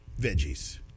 veggies